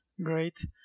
Great